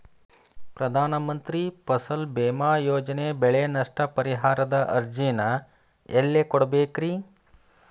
ಪ್ರಧಾನ ಮಂತ್ರಿ ಫಸಲ್ ಭೇಮಾ ಯೋಜನೆ ಬೆಳೆ ನಷ್ಟ ಪರಿಹಾರದ ಅರ್ಜಿನ ಎಲ್ಲೆ ಕೊಡ್ಬೇಕ್ರಿ?